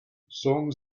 songs